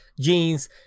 jeans